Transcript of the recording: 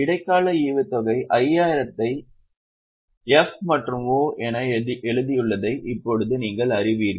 இடைக்கால ஈவுத்தொகை 5000 ஐ F மற்றும் O என எழுதியுள்ளதை இப்போது நீங்கள் அறிவீர்கள்